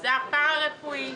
זה הפארא רפואי,